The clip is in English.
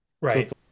right